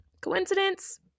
coincidence